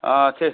ଅଁ ଅଛି